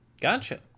Gotcha